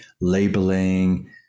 labeling